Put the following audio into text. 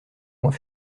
point